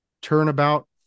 Turnabout